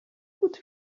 would